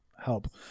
help